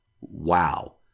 wow